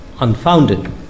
unfounded